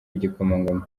igikomangoma